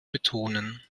betonen